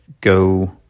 go